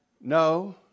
No